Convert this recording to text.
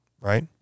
right